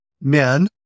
men